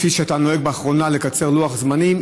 לפי שאתה נוהג באחרונה לקצר לוח זמנים,